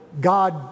God